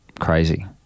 crazy